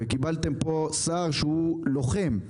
וקיבלתם פה שר שהוא לוחם.